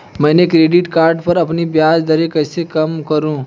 मैं credit card पर अपनी ब्याज दरें कैसे कम करूँ?